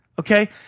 Okay